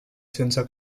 sense